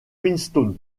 queenstown